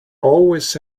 always